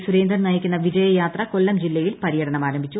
സുരേന്ദ്രൻ നയിക്കുന്ന വിജയയാത്ര കൊല്ലം ജില്ലയിൽ പര്യടനം ആരംഭിച്ചു